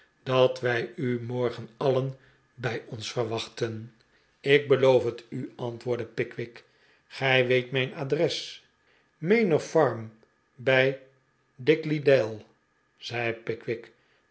dat wij u morgen alien bij ons verwachten ik beloof het u antwoordde pickwick gij weet mijn adres manor farm bij dingley dell zei pickwick